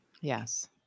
Yes